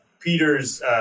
Peter's